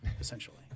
Essentially